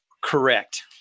Correct